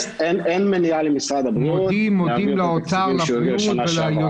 מניעה למשרד הבריאות להעביר את התקציבים שהוא העביר בשנה שעברה.